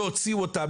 לא הוציאו אותם,